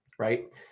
right